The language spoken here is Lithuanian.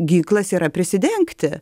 ginklas yra prisidengti